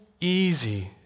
easy